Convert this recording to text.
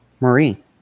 Marie